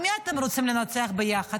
את מי אתם רוצים לנצח ביחד?